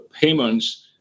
payments